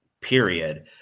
period